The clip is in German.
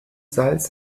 salz